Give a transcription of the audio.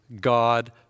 God